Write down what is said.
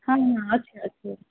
ହଁ ହଁ ଅଛି ଅଛି